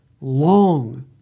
long